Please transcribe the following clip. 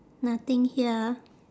nothing here